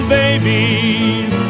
babies